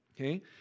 okay